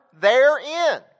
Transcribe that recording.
therein